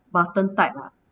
button type ah